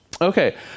Okay